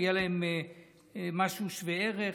שיהיה להם משהו שווה ערך,